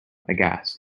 aghast